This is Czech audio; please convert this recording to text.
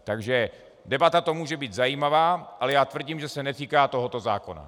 Takže debata to může být zajímavá, ale já tvrdím, že se netýká tohoto zákona.